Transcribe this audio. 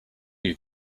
you